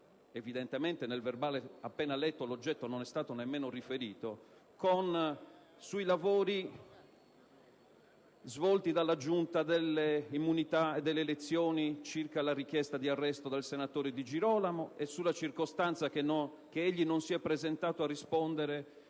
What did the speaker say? evidentemente nel verbale appena letto l'oggetto non è stato nemmeno riferito - con espressioni del tipo: «Sui lavori svolti dalla Giunta delle elezioni e delle immunità circa la richiesta di arresto del senatore Di Girolamo e sulla circostanza che egli non si è presentato a rispondere